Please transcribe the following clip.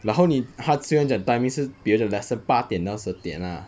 然后你他虽然讲 timing 是别的 lesson 八点到十点 lah